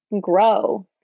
grow